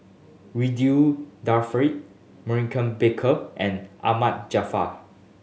Ridzwan Dzafir Maurice Baker and Ahmad Jaafar